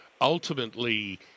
ultimately